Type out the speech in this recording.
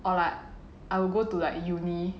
or like I would go to like uni